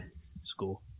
school